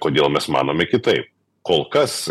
kodėl mes manome kitaip kol kas